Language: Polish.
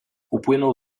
upłynął